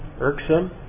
irksome